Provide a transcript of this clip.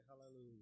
Hallelujah